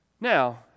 Now